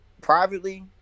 privately